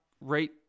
right